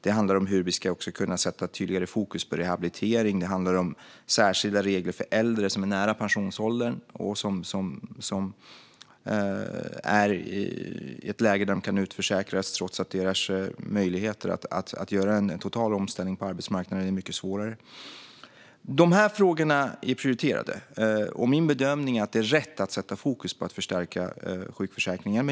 Det handlar också om hur vi ska kunna sätta tydligare fokus på rehabilitering och om särskilda regler för äldre som är nära pensionsåldern och som är i ett läge där de kan utförsäkras trots att deras möjligheter att göra en total omställning på arbetsmarknaden är mycket små. Dessa frågor är prioriterade, och min bedömning är att det är rätt att sätta fokus på att förstärka sjukförsäkringen.